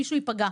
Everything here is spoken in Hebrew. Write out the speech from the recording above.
מישהו ייפגע,